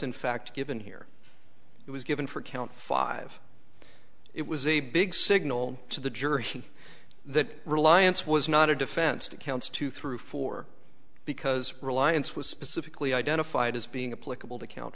in fact given here it was given for count five it was a big signal to the jury that reliance was not a defense to counts two through four because reliance was specifically identified as being